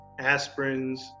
aspirins